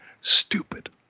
stupid